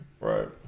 Right